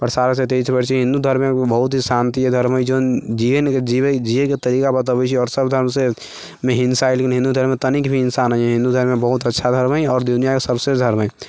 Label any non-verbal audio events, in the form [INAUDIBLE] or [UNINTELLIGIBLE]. प्रसारसँ [UNINTELLIGIBLE] हिन्दू धर्ममे एगो बहुत ही शान्त धर्म अछि जौन जियै जीयैके तरीका बतबै छै आओर सभ ठामसँ मे हिंसा हइ लेकिन हिन्दू धर्ममे तनिक भी हिंसा नहि हइ हिन्दू धर्ममे बहुत अच्छा धर्म हइ आओर दुनिआँके सभसँ धर्म हइ